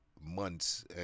months